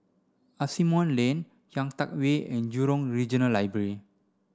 Asimont Lane Kian Teck Way and Jurong Regional Library